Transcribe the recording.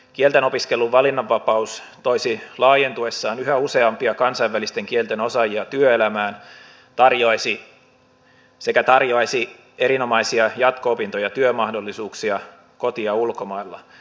kieltenopiskelun valinnanvapaus toisi laajentuessaan yhä useampia kansainvälisten kielten osaajia työelämään sekä tarjoaisi erinomaisia jatko opinto ja työmahdollisuuksia koti ja ulkomailla